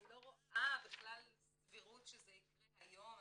אני לא רואה בכלל סבירות שזה יקרה היום,